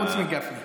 חוץ מגפני.